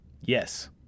Yes